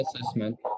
assessment